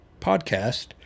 podcast